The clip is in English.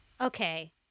Okay